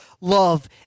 love